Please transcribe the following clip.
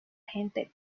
gente